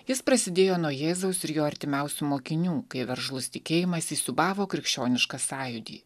jis prasidėjo nuo jėzaus ir jo artimiausių mokinių kai veržlus tikėjimas įsiūbavo krikščionišką sąjūdį